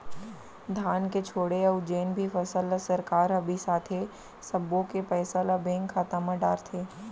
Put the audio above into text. धान के छोड़े अउ जेन भी फसल ल सरकार ह बिसाथे सब्बो के पइसा ल बेंक खाता म डारथे